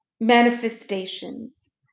manifestations